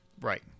Right